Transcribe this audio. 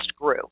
grew